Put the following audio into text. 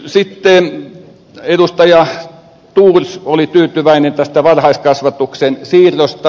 sitten edustaja thors oli tyytyväinen tästä varhaiskasvatuksen siirrosta